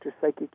Psychic